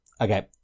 Okay